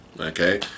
okay